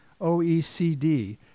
OECD